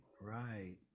right